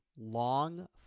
long